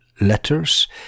letters